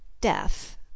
death